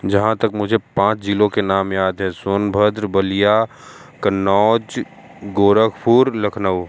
जहाँ तक मुझे पाँच ज़िलों के नाम याद हैं सोनभद्र बलिया कन्नौज गोरखपुर लखनऊ